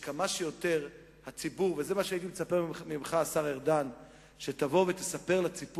והציבור, כמה שיותר מהר,